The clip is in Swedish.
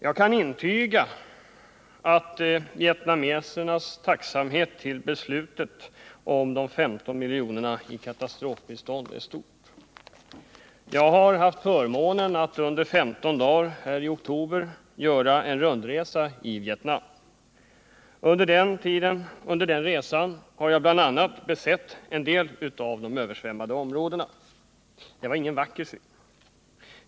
Jag kan intyga att vietnamesernas tacksamhet över beslutet om de 15 miljonerna i katastrofbistånd är stor. Under 15 dagar i oktober har jag haft förmånen att göra en rundresa i Vietnam och besåg då bl.a. en del av de översvämmade områdena. Det var ingen vacker syn.